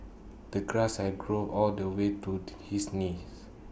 the grass had grown all the way to his knees